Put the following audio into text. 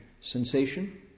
sensation